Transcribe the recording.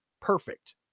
perfect